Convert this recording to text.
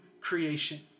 creation